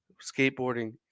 skateboarding